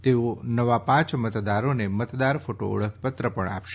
તેઓ નવા પાંચ મતદારોને મતદાર ફોટો ઓળખ પત્ર આપશે